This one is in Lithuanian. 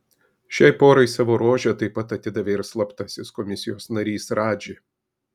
šiai porai savo rožę taip pat atidavė ir slaptasis komisijos narys radži